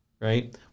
Right